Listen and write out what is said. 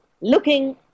looking